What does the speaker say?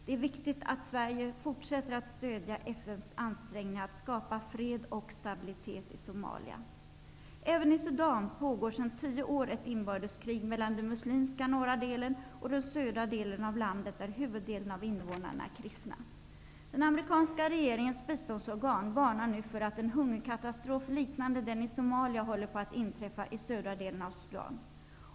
Det är viktigt att Sverige fortsätter att stödja FN:s ansträngningar att skapa fred och stabilitet i Somalia. Även i Sudan pågår sedan tio år ett inbördeskrig mellan den muslimska norra delen och den södra delen av landet, där huvuddelen av invånarna är kristna. Den amerikanska regeringens biståndsorgan varnar nu för att en hungerkatastrof liknande den i Somalia håller på att inträffa i södra delen av Sudan.